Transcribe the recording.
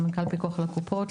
סמנכ"ל פיקוח על הקופות,